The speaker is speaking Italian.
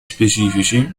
specifici